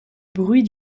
bruit